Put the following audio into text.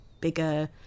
bigger